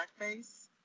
blackface